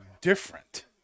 different